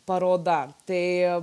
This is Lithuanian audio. paroda tai